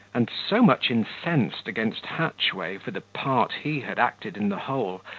and so much incensed against hatchway for the part he had acted in the whole,